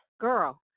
girl